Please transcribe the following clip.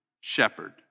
shepherd